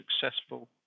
successful